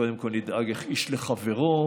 קודם כול נדאג איש לחברו,